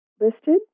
listed